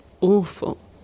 Awful